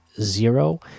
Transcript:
zero